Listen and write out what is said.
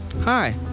Hi